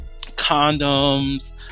condoms